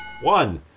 one